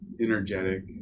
energetic